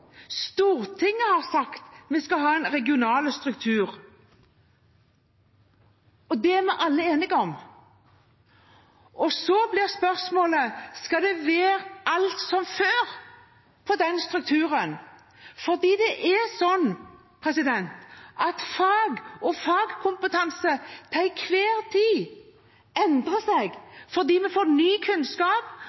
Stortinget har sagt at vi skal ha en regional struktur. Det er vi alle enige om. Så blir spørsmålet: Skal alt når det gjelder denne strukturen, være som før? Det er slik at fag og fagkompetanse til enhver tid endrer seg fordi vi får ny kunnskap,